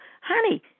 Honey